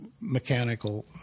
mechanical